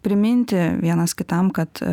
priminti vienas kitam kad